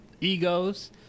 egos